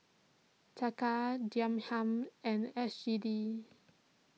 Taka Dirham and S G D